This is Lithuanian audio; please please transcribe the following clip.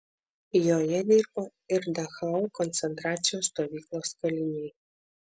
joje dirbo ir dachau koncentracijos stovyklos kaliniai